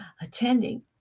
attending